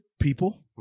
people